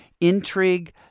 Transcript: intrigue